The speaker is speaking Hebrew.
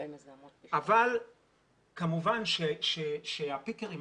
אבל כמובן שהפיקרים,